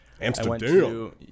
amsterdam